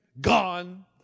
gone